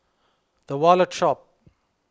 the Wallet Shop